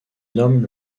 nomme